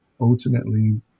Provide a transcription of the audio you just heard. ultimately